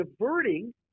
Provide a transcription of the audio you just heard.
diverting